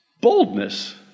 Boldness